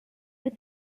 with